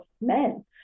men